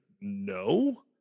no